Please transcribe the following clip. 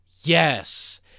Yes